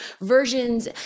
versions